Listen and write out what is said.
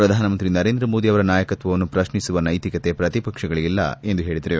ಪ್ರಧಾನಮಂತ್ರಿ ನರೇಂದ್ರ ಮೋದಿ ಅವರ ನಾಯಕತ್ವವನ್ನು ಪ್ರಶ್ನಿಸುವ ನೈತಿಕತೆ ಪ್ರತಿಪಕ್ಷಗಳಿಗಿಲ್ಲ ಎಂದು ಹೇಳಿದರು